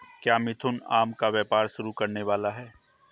क्या मिथुन आम का व्यापार शुरू करने वाला है?